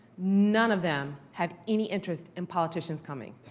none of them have any interest in politicians coming.